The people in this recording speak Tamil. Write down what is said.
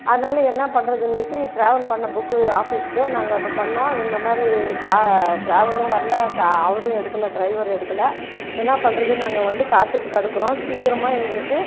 அதனால் என்ன பண்ணுறதுன்னு ட்ராவல் பண்ண புக்கு ஆஃபீஸ்க்கு நாங்கள் இப்போ பண்ணோம் இந்தமாதிரி கா ட்ராவலும் வரல கா அவரும் எடுக்கலை ட்ரைவர் எடுக்கலை என்ன பண்ணுறது நாங்கள் வந்து காத்துகிட்டு கடக்கிறோம் சீக்கிரமாக எங்களுக்கு